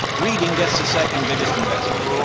reading gets the second biggest investment.